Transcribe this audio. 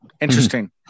Interesting